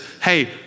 hey